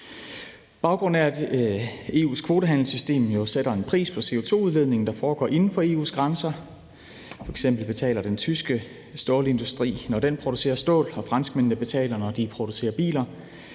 Baggrunden er, at EU's kvotehandelssystem sætter en pris på CO2-udledningen, der foregår inden for EU's grænser. F.eks. betaler den tyske stålindustri, når den producerer stål, og franskmændene betaler, når de producerer biler.